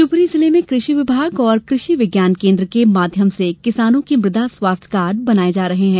शिवपुरी जिले में कृषि विभाग और कृषि विज्ञान केन्द्र के माध्यम से किसानों के मृदा स्वास्थ्य कार्ड बनाये जा रहे हैं